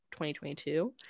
2022